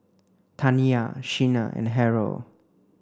Taniyah Shena and Harrold